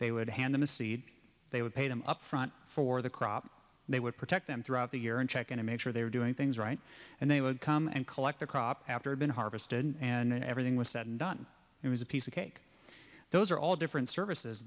they would hand them a seed they would pay them up front for the crop they would protect them throughout the year and checking to make sure they were doing things right and they would come and collect the crop after been harvested and everything was said and done it was a piece of cake those are all different services